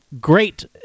great